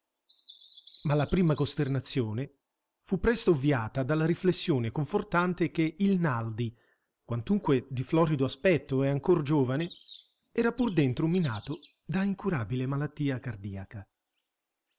ma la prima costernazione fu presto ovviata dalla riflessione confortante che il naldi quantunque di florido aspetto e ancor giovane era pur dentro minato da incurabile malattia cardiaca